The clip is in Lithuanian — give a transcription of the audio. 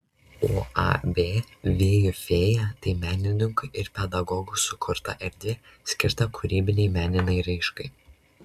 uab vėjų fėja tai menininkų ir pedagogų sukurta erdvė skirta kūrybinei meninei raiškai